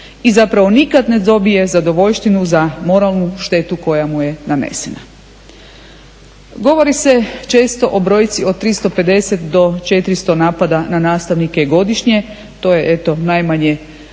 i zapravo nikada ne dobije zadovoljštinu za moralnu štetu koja mu je nanesena. Govori se često o brojci od 350 do 400 napada na nastavnike godišnje, to je najmanje